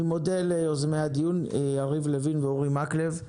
אני מודה ליוזמי הדיון, יריב לוין ואורי מקלב.